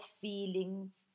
feelings